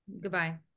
Goodbye